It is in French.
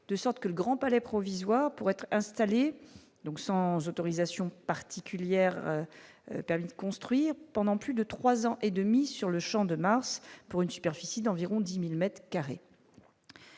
de sorte que le Grand Palais provisoire pour être installé, donc sans autorisation particulière, permis de construire pendant plus de 3 ans et demi sur le Champ de Mars pour une superficie d'environ 10000 m2.